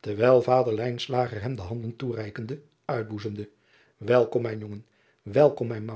terwijl vader hem de handen toereikende uitboezemde elkom mijn jongen welkom mijn